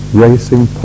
racing